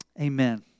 Amen